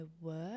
work